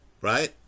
right